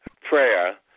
Prayer